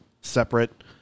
separate